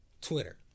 Twitter